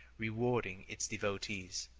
rewarding its devotees